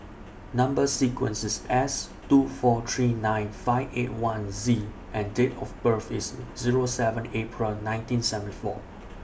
Number sequence IS S two four three nine five eight one Z and Date of birth IS Zero seven April nineteen seventy four